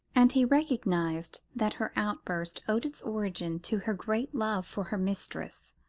and he recognised that her outburst owed its origin to her great love for her mistress,